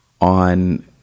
on